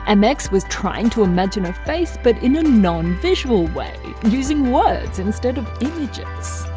and mx was trying to imagine a face, but in a non-visual way, using words instead of images.